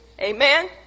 Amen